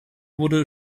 wurde